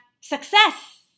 success